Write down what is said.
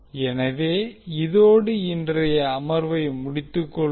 எனவே இதோடு இன்றைய அமர்வை முடித்துக்கொள்வோம்